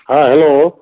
हाँ हैलो